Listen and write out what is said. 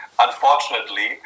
unfortunately